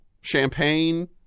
champagne